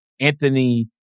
Anthony